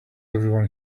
everyone